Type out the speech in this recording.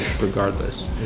regardless